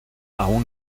aún